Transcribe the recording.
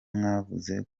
mwavuze